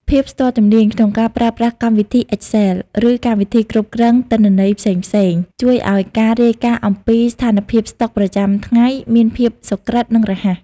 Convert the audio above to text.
ភាពស្ទាត់ជំនាញក្នុងការប្រើប្រាស់កម្មវិធី Excel ឬកម្មវិធីគ្រប់គ្រងទិន្នន័យផ្សេងៗ ជួយឱ្យការរាយការណ៍អំពីស្ថានភាពស្តុកប្រចាំថ្ងៃមានភាពសុក្រឹត និងរហ័ស។